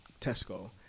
tesco